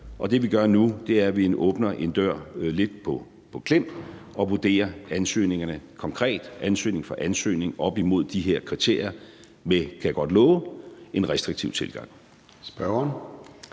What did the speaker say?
og det, vi gør nu, er, at vi åbner en dør lidt på klem og vurderer ansøgningerne – konkret ansøgning for ansøgning – op imod de her kriterier med, kan jeg godt love, en restriktiv tilgang.